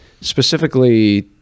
specifically